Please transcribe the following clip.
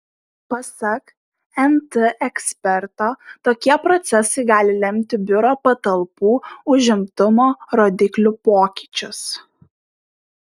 pasak nt eksperto tokie procesai gali lemti biuro patalpų užimtumo rodiklių pokyčius